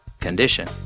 condition